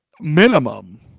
minimum